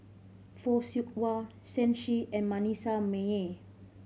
Fock Siew Wah Shen Xi and Manasseh Meyer